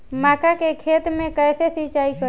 मका के खेत मे कैसे सिचाई करी?